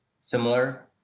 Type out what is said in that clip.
similar